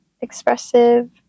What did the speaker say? expressive